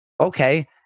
Okay